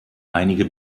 einige